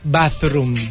bathroom